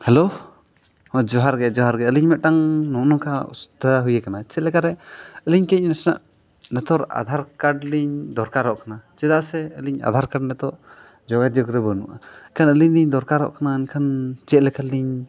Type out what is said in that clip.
hello ᱡᱚᱦᱟᱨ ᱜᱮ ᱡᱚᱦᱟᱨ ᱜᱮ ᱟᱹᱞᱤᱧ ᱢᱤᱫᱴᱟᱱ ᱱᱚᱝᱠᱟ ᱚᱵᱚᱥᱛᱷᱟ ᱦᱩᱭ ᱟᱠᱟᱱᱟ ᱪᱮᱫ ᱞᱮᱠᱟᱨᱮ ᱟᱹᱞᱤᱧ ᱠᱟᱹᱡ ᱱᱟᱥᱮᱱᱟᱜ ᱱᱮᱛᱟᱨ ᱟᱫᱷᱟᱨ ᱠᱟᱨᱰ ᱞᱤᱧ ᱫᱚᱨᱠᱟᱨᱚᱜ ᱠᱟᱱᱟ ᱪᱮᱫᱟᱜ ᱥᱮ ᱟᱹᱞᱤᱧ ᱟᱫᱷᱟᱨ ᱠᱟᱨᱰ ᱱᱤᱛᱚᱜ ᱡᱚᱜᱟᱡᱳᱜᱽ ᱨᱮ ᱵᱟᱹᱱᱩᱜᱼᱟ ᱮᱱᱠᱷᱟᱱ ᱟᱹᱞᱤᱧᱞᱤᱧ ᱫᱚᱨᱠᱟᱨᱚᱜ ᱠᱟᱱᱟ ᱮᱱᱠᱷᱟᱱ ᱪᱮᱫ ᱞᱮᱠᱟ ᱞᱤᱧ